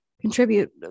contribute